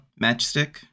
Matchstick